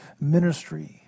ministry